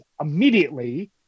immediately